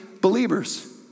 believers